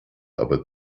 aber